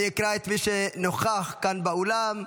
אני אקרא את מי שנוכח כאן באולם.